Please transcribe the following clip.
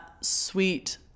sweet